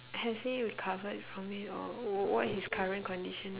has he recovered from it or wh~ what his current condition